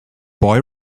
boy